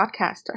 podcaster